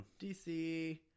DC